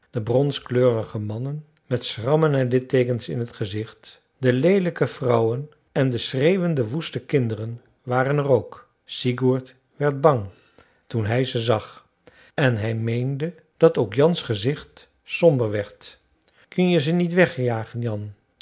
de bronskleurige mannen met schrammen en litteekens in t gezicht de leelijke vrouwen en de schreeuwende woeste kinderen waren er ook sigurd werd bang toen hij ze zag en hij meende dat ook jans gezicht somber werd kun je ze niet wegjagen jan